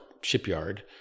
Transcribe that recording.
shipyard